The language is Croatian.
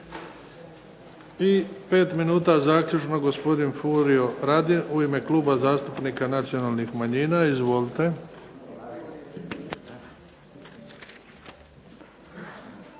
I pet minuta zaključno gospodin Furio Radin u ime Kluba zastupnika nacionalnih manjina. Izvolite.